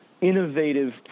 innovative